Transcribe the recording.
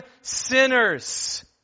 sinners